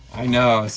i know,